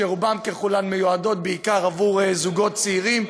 שרובן ככולן מיועדות בעיקר עבור זוגות צעירים,